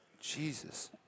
Jesus